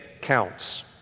counts